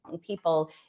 people